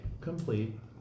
complete